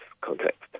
context